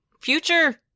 future